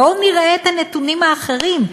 בואו נראה את הנתונים האחרים.